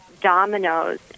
dominoes